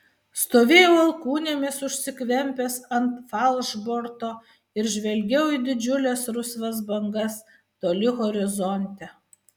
stovėjau alkūnėmis užsikvempęs ant falšborto ir žvelgiau į didžiules rusvas bangas toli horizonte